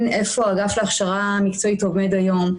איפה האגף להכשרה מקצועית עובד היום.